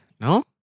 No